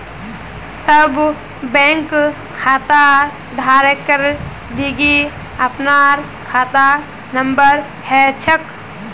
सब बैंक खाताधारकेर लिगी अपनार खाता नंबर हछेक